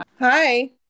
Hi